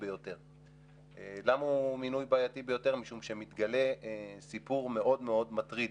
ראינו שיש פרקי זמן ארוכים.